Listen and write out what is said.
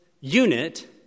unit